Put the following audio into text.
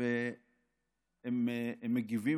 והם מגיבים.